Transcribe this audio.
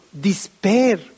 despair